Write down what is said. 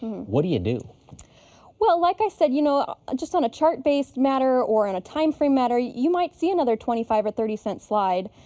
what do you do? kub well, like i said, you know ah just on a chart-based matter or in a timeframe matter you might see another twenty five or thirty cent slide.